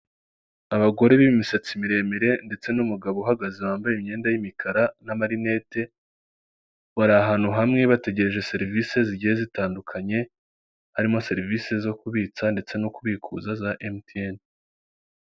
Abagore b'imisatsi miremire ndetse n'umugabo uhagaze wambaye imyenda y'imikara n'amarinete, bari ahantu hamwe bategereje serivisi zigiye zitandukanye, harimo serivisi zo kubitsa ndetse no kubikuza za emutiyene.